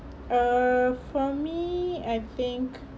uh for me I think